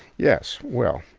yes. well,